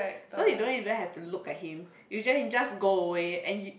so you don't even have to look at him you just you just go away and he